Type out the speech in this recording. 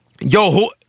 Yo